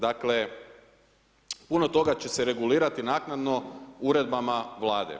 Dakle, puno toga će se regulirati naknadno uredbama Vlade.